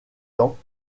temps